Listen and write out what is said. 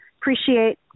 Appreciate